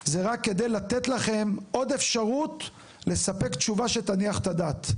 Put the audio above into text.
זה רק כדי לתת לכם עוד אפשרות לספק תשובה שתניח את הדעת.